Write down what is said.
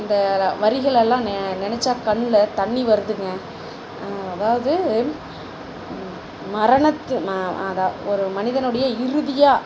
இந்த வரிகளெல்லாம் நெ நினைச்சா கண்ணில் தண்ணி வருதுங்க அதாவது மரணத்துனோடய ஒரு மனிதனுடைய இறுதியாக